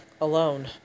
alone